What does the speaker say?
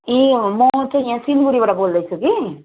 ए म चाहिँ यहाँ सिलगढीबाट बोल्दैछु कि